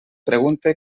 pregunte